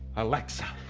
alexa.